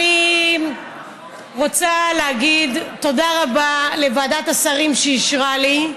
אני רוצה להגיד תודה רבה לוועדת השרים שאישרה לי,